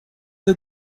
ter